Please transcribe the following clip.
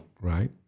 Right